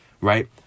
right